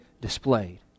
displayed